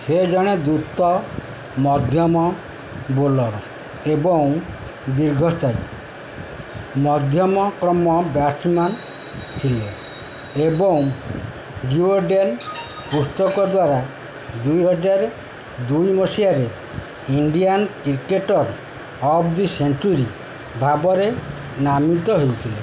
ସେ ଜଣେ ଦ୍ରୁତ ମଧ୍ୟମ ବୋଲର୍ ଏବଂ ଦୀର୍ଘସ୍ଥାୟୀ ମଧ୍ୟମକ୍ରମ ବ୍ୟାଟ୍ସ ମ୍ୟାନ୍ ଥିଲେ ଏବଂ ଜିଓଡ଼େନ୍ ପୁସ୍ତକ ଦ୍ୱାରା ଦୁଇ ହଜାର ଦୁଇ ମସିହାରେ Indian cricketer of the century ଭାବରେ ନାମିତ ହୋଇଥିଲେ